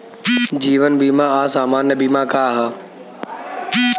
जीवन बीमा आ सामान्य बीमा का ह?